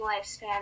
lifespan